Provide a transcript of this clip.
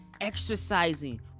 exercising